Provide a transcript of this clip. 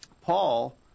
Paul